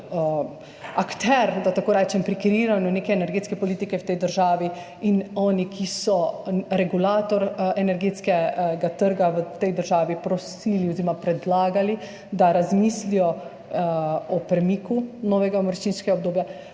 akter, da tako rečem, pri kreiranju neke energetske politike v tej državi, njih, ki so regulator energetskega trga v tej državi, prosili oziroma jim predlagali, da razmislijo o premiku novega naročniškega obdobja.